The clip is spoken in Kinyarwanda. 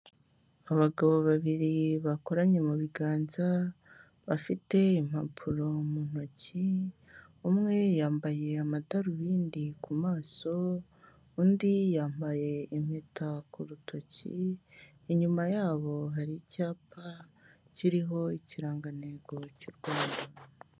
Abagabo babiri bakoranye mu biganza, bafite impapuro mu ntoki, umwe yambaye amadarubindi ku maso, undi yambaye impeta ku rutoki, inyuma yabo hari icyapa kiriho ikirangantego cy'u Rwanda.